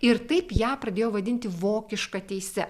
ir taip ją pradėjo vadinti vokiška teise